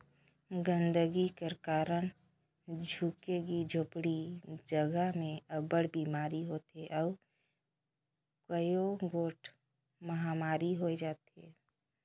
गंदगी कर कारन झुग्गी झोपड़ी जगहा में अब्बड़ बिमारी होथे अउ कइयो गोट महमारी होए जाथे